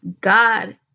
God